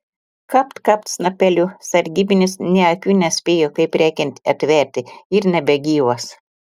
kapt kapt snapeliu sargybinis nė akių nespėjo kaip reikiant atverti ir nebegyvas